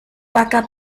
vaca